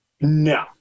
No